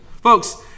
Folks